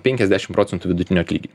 penkiasdešim procentų vidutinio atlyginimo